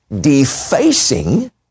defacing